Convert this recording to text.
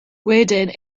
wedyn